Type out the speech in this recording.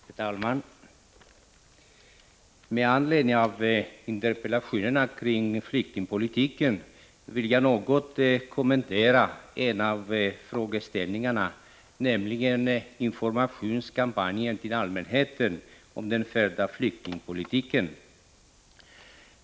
Herr talman! Med anledning av interpellationerna om flyktingpolitiken vill jag något kommentera en av frågeställningarna, nämligen den om informationskampanjen till allmänheten om den förda flyktingpolitiken.